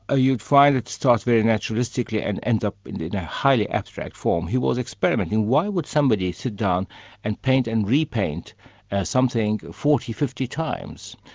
ah you'd find it starts very naturalistically and ends up and in a highly abstract form. he was experimenting. why would somebody sit down and paint and repaint something forty, fifty times?